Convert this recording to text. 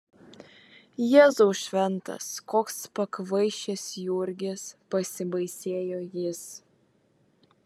jėzau šventas koks pakvaišęs jurgis pasibaisėjo jis